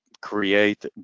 create